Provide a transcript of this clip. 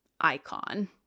icon